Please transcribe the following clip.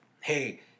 Hey